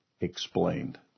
explained